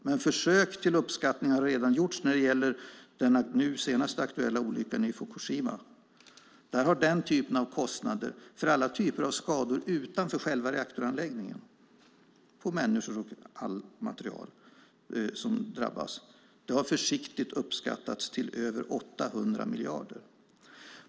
Men försök till uppskattningar har redan gjorts när det gäller den nu aktuella olyckan i Fukushima. Där har den typen av kostnader för alla typer av skador utanför själva reaktoranläggningen, på människor och allt material som drabbas, försiktigt uppskattats till över 800 miljarder.